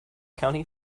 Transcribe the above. county